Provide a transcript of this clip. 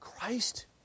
Christ